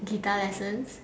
guitar lessons